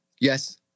Yes